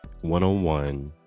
one-on-one